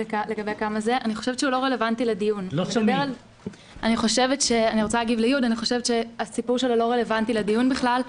אני חושבת שהסיפור שלו לא רלוונטי לדיון בכלל.